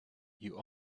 you